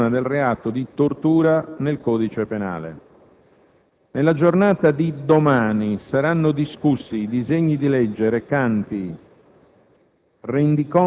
e sull'introduzione del reato di tortura nel codice penale. Nella giornata di domani saranno discussi i disegni di legge recanti